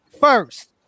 First